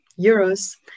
euros